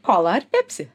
kola ar pepsi